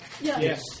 Yes